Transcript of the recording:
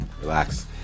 Relax